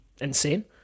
insane